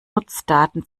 nutzdaten